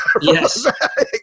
Yes